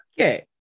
Okay